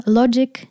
logic